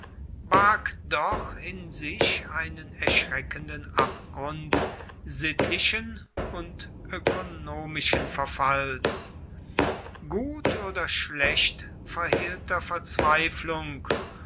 barg doch in sich einen erschreckenden abgrund sittlichen und ökonomischen verfalls gut oder schlecht verhehlter verzweiflung